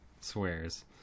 swears